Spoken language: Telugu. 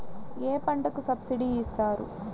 ఏ పంటకు సబ్సిడీ ఇస్తారు?